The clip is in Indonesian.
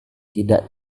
tidak